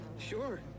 Sure